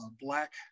Black